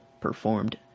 performed